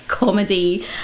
Comedy